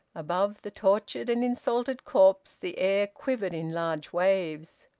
above the tortured and insulted corpse the air quivered in large waves.